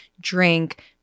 drink